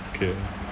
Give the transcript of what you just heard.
okay